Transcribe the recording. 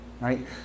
right